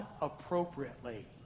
appropriately